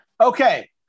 Okay